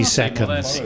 seconds